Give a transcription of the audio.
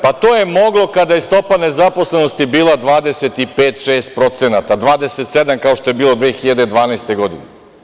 Pa, to je moglo kada je stopa nezaposlenosti bila 25%, 26%, 27% kao što je bilo 2012. godine.